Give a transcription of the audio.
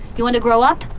you want to grow up?